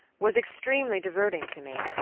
was extremely diverting to me,